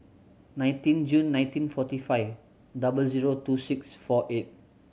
nineteen June nineteen forty five double zero two six four eight